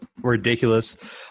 ridiculous